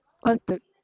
what's the